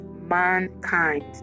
mankind